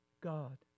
God